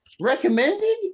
recommended